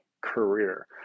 career